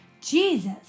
Jesus